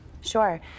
Sure